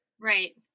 Right